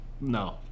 No